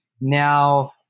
now